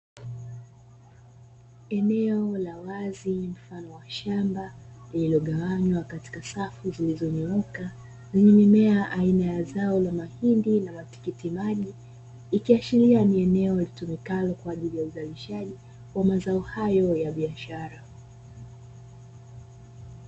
Eneo la wazi mfano wa shamba lililogawanywa katika safu zilizonyooka, zenye mimea aina ya zao la mahindi na matikiti maji ikiashiria ni eneo litumikalo kwaajili ya uzalishaji wa mazao hayo ya biashara.